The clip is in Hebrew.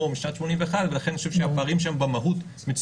הוא משנת 81' ולכן אני חושב שהפערים שם במהות מצומצמים,